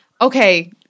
Okay